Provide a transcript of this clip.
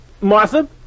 Martha